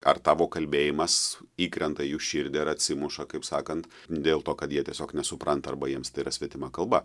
ar tavo kalbėjimas įkrenta į jų širdį ar atsimuša kaip sakant dėl to kad jie tiesiog nesupranta arba jiems tai yra svetima kalba